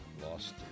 Lost